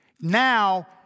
Now